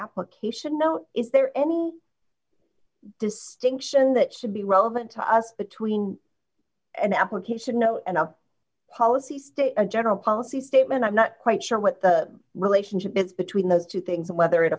application no is there any distinction that should be relevant to us between an application note and a policy state a general policy statement i'm not quite sure what the relationship is between those two things and whether it